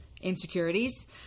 Insecurities